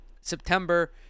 September